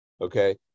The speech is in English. Okay